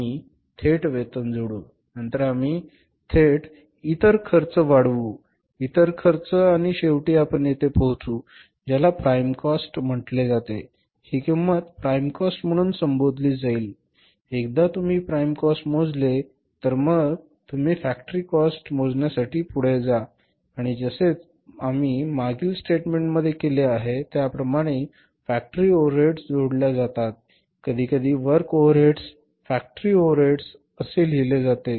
आम्ही थेट वेतन जोडू नंतर आम्ही थेट इतर खर्च वाढवू इतर खर्च आणि शेवटी आपण येथे पोहोचू ज्याला प्राइम कॉस्ट म्हटले जाते ही किंमत प्राइम कॉस्ट म्हणून संबोधली जाईल एकदा तुम्ही प्राइम कॉस्ट मोजले तर मग तुम्ही फॅक्टरी कॉस्ट मोजण्यासाठी पुढे जा आणि जसे आम्ही मागील स्टेटमेंटमध्ये केले आहे त्याप्रमाणे फॅक्टरी ओव्हरहेड्स जोडल्या जातात कधीकधी वर्क ओव्हरहेड्स फॅक्टरी ओव्हरहेड असे लिहिले जाते